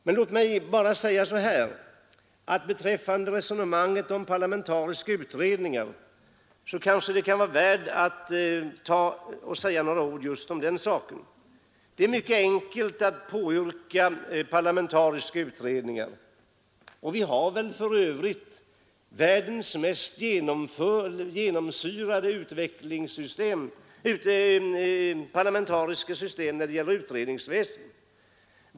Men det kanske kan vara värt att säga några ord om resonemanget om parlamentariska utredningar. Det är mycket enkelt att påyrka parlamentariska utredningar, och vi har för övrigt världens mest genomsyrade parlamentariska system när det gäller utredningsväsendet.